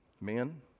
Men